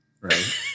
Right